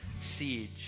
siege